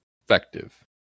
effective